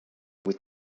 with